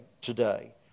today